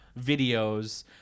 videos